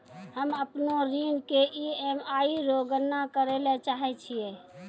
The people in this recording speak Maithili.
हम्म अपनो ऋण के ई.एम.आई रो गणना करैलै चाहै छियै